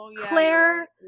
Claire